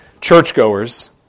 churchgoers